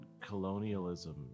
colonialism